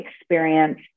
experience